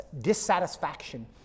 dissatisfaction